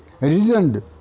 reasoned